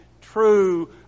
true